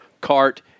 CART